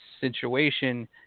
situation